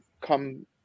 come